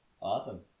awesome